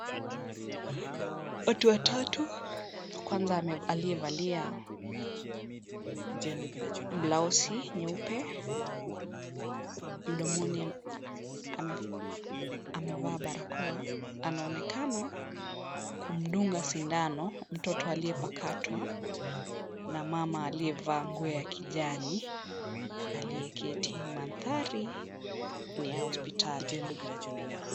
Watu watatu. Kwanza aliyevaa blausi nyeupe. Mdomoni amevaa barakoa. Anaonekana kumdunga sindano mtoto aliyepakatwa na mama aliyevaa nguo ya kijani, aliyeketi. Mandhari ni ya hospitali.